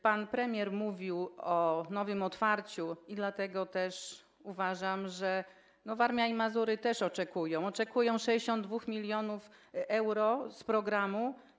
Pan premier mówił o nowym otwarciu, dlatego też uważam, że Warmia i Mazury też oczekują, oczekują 62 mln euro z programu.